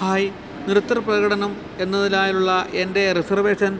hi നൃത്ത പ്രകടനം എന്നതിനായുള്ള എൻ്റെ റിസർവേഷൻ